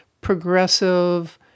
progressive